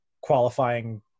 qualifying